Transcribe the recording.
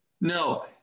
No